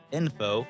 info